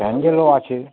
স্যান্ডেলও আছে